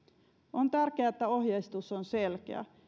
on tärkeää että ohjeistus on selkeä